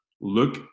look